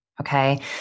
okay